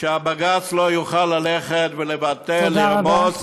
שהבג"ץ לא יוכל ללכת ולבטל, לרמוס,